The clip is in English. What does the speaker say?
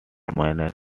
manor